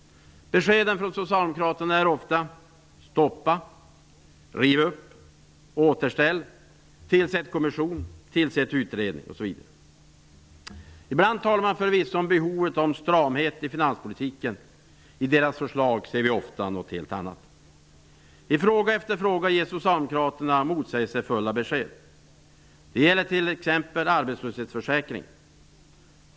Beskeden från socialdemokraterna är exempelvis ofta: Stoppa! Riv upp! Återställ! Tillsätt en kommission! Tillsätt en utredning! Ibland talar de förvisso om behovet av stramhet i finanspolitiken. I deras förslag ser vi ofta något helt annat. I fråga efter fråga ger socialdemokraterna motsägelsefulla besked. Det gäller t.ex. arbetslöshetsförsäkringen.